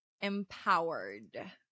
empowered